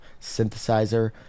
synthesizer